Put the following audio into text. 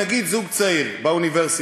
נגיד זוג צעיר באוניברסיטה,